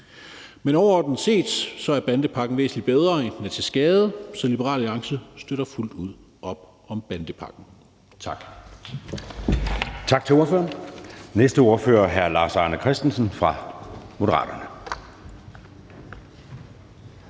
Men overordnet set er bandepakken væsentlig bedre, end den er til skade, så Liberal Alliance støtter fuldt ud op om bandepakken. Tak.